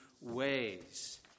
ways